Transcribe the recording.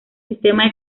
sistema